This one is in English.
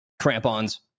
crampons